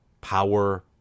power